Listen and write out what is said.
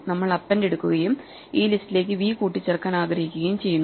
നമ്മൾ അപ്പെൻഡ് എടുക്കുകയും ഈ ലിസ്റ്റിലെക്ക് v കൂട്ടിച്ചേർക്കാൻ ആഗ്രഹിക്കുകയും ചെയ്യുന്നു